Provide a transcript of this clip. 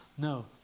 No